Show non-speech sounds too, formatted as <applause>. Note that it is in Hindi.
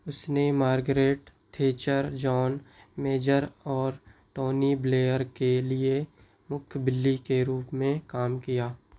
उसने मार्गरेट थैचर जॉन मेजर और टोनी ब्लेयर के लिए मुख्य <unintelligible> के रूप में काम किया